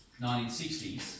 1960s